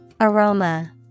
Aroma